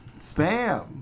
Spam